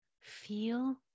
feel